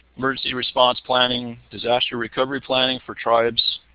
emergency response planning, disaster recovery planning for tribes